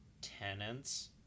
Tenants